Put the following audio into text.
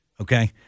okay